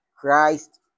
Christ